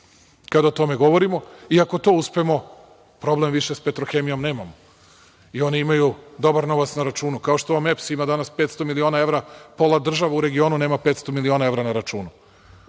kada o tome govorimo. Ako to uspemo, problem više sa „Petrohemijom“ nemamo. I oni imaju dobar novac na računu, kao što vam EPS ima danas 500 miliona evra. Pola država u regionu nema 500 miliona evra na računu,